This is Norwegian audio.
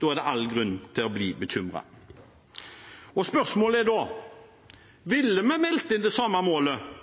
er det all grunn til å bli bekymret. Spørsmålet er da: Ville vi meldt inn det samme målet